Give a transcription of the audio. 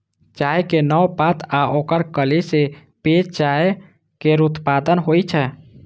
चायक नव पात आ ओकर कली सं पेय चाय केर उत्पादन होइ छै